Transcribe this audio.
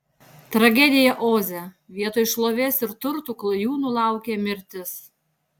tragedija oze vietoj šlovės ir turtų klajūnų laukė mirtis